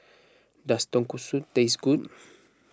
does Tonkatsu taste good